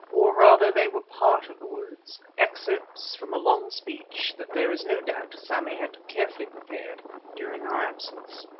or rather they were part of the words, excerpts from a long speech that there is no doubt sammy had carefully prepared during our absence.